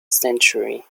century